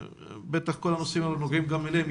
בטח כל הנושאים האלה נוגעים גם אליהם.